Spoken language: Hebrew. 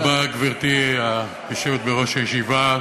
תודה רבה, גברתי היושבת בראש הישיבה,